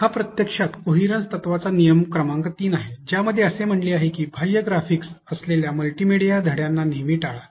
हा प्रत्यक्षात कोहिरन्स तत्त्वाचा नियम क्रमांक तीन आहे ज्यामध्ये असे म्हटले आहे की बाह्य ग्राफिक्स असलेल्या मल्टीमीडिया धड्यांना नेहमी टाळा